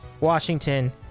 washington